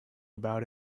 about